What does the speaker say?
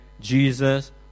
Jesus